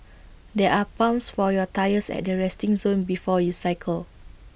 there are pumps for your tyres at the resting zone before you cycle